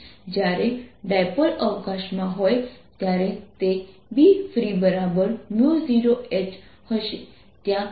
જ્યારે ડાયપોલ અવકાશમાં હોય ત્યારે તે Bfree0H હશે ત્યાં કોઈ m નથી